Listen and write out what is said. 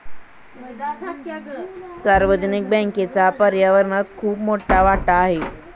सार्वजनिक बँकेचा पर्यावरणात खूप मोठा वाटा आहे